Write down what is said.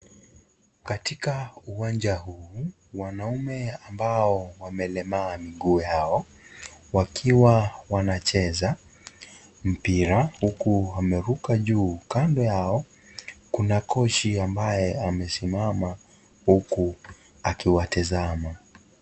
Katika uwanja huu wanaume ambao wamelemaa miguu yao wakiwa wanacheza mpira huku ameruka juu kando yao kuna kochi ambaye amesimama huku akiwatizama .